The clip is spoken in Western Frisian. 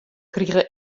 krige